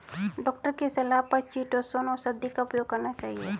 doctor की सलाह पर चीटोसोंन औषधि का उपयोग करना चाहिए